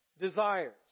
desires